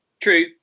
True